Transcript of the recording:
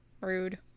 Rude